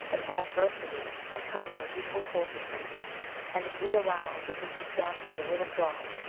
and adversities that come in the usual course of things and if we allow that this was done by the will of god,